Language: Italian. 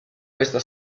questa